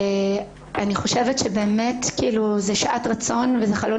אני חושבת שזו שעת רצון וזה חלון